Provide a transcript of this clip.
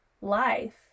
life